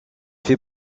fait